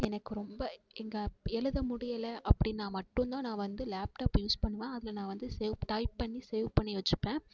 எனக்கு ரொம்ப எங்கே எழுத முடியலை அப்படின்னா மட்டுந்தான் நான் வந்து லேப்டாப் யூஸ் பண்ணுவேன் அதில் நான் வந்து சேவ் டைப் பண்ணி சேவ் பண்ணி வச்சிப்பேன்